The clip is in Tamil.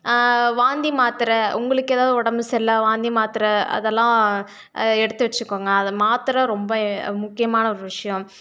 வாந்தி மாத்தரை உங்களுக்கு ஏதாவது உடம்பு சரியில்லை வாந்தி மாத்தரை அதெல்லாம் எடுத்து வச்சுக்கோங்க அது மாத்தரை ரொம்ப முக்கியமான ஒரு விஷயம்